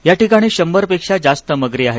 या ठिकाणी शंभर पेक्षा जास्त मगरी आहेत